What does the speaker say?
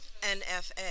NFA